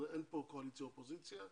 אין כאן קואליציה ואופוזיציה.